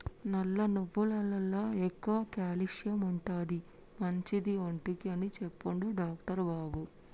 నల్ల నువ్వులల్ల ఎక్కువ క్యాల్షియం ఉంటది, మంచిది ఒంటికి అని చెప్పిండు డాక్టర్ బాబు